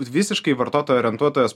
visiškai į vartotoją orientuotas